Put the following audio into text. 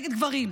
נגד גברים,